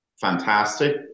fantastic